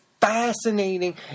fascinating